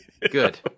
Good